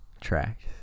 tracks